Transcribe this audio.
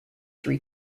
three